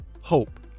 Hope